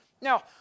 Now